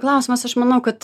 klausimas aš manau kad